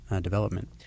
development